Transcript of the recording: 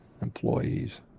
employees